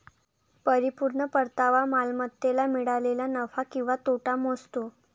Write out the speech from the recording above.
परिपूर्ण परतावा मालमत्तेला मिळालेला नफा किंवा तोटा मोजतो